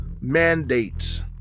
mandates